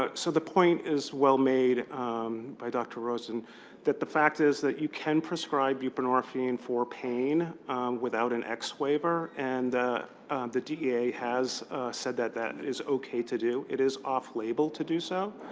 ah so the point is well-made by dr. rosen that the fact is that you can prescribe buprenorphine for pain without an x waiver. and the dea has said that that is ok to do. it is off-label to do so.